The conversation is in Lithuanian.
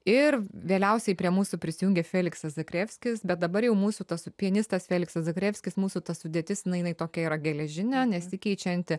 ir vėliausiai prie mūsų prisijungė feliksas zakrevskis bet dabar jau mūsų tas pianistas feliksas zakrevskis mūsų ta sudėtis jinai jinai tokia yra geležinė nesikeičianti